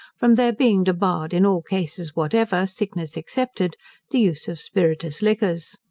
from their being debarred in all cases whatever, sickness excepted, the use of spirituous liquors.